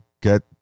get